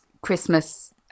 Christmas